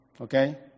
Okay